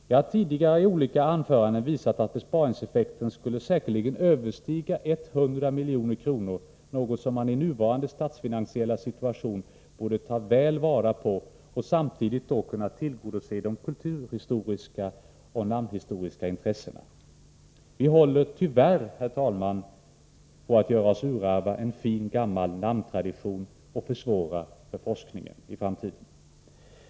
Jag har tidigare i olika anföranden visat att besparingseffekten säkerligen skulle överstiga 100 milj.kr. — en möjlighet som man i nuvarande statsfinansiella situation borde ta väl vara på. Samtidigt skulle man då kunna tillgodose de kulturhistoriska och namnhistoriska intressena. Vi håller tyvärr, herr talman, på att göra oss urarva en fin gammal namntradition och försvåra för forskningen i framtiden.